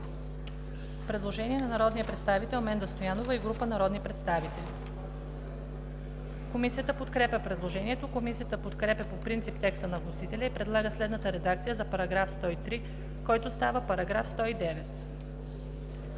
Предложение на народния представител Менда Стоянова и група народни представители. Комисията подкрепя предложението. Комисията подкрепя по принцип текста на вносителя и предлага следната редакция за § 120, който става § 132: